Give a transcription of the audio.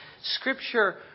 scripture